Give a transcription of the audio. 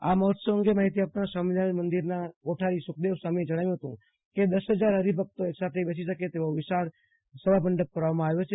આ મહોત્સવ અંગે માહિતી આપતા સ્વામિનારાયણ મંદિરના કોઠારી સખદેવસ્વામિએ જણાવ્યુ હતું કે દશ હજાર હરિભકતો અક સાથે બેસી શકે તેવા ભવ્ય સભામંડપ તૈયાર કરવામાં આવ્યો છે